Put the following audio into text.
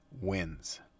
wins